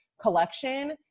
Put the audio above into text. collection